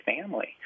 family